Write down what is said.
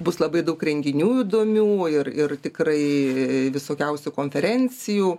bus labai daug renginių įdomių ir ir tikrai visokiausių konferencijų